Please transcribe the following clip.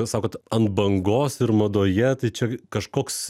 sakot ant bangos ir madoje tai čia kažkoks